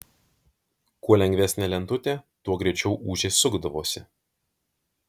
kuo lengvesnė lentutė tuo greičiau ūžė sukdavosi